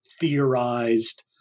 theorized